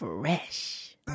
Fresh